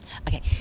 Okay